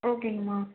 ஓகேங்க மேம்